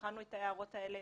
בחנו את ההערות האלה,